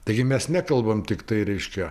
taigi mes nekalbam tiktai reiškia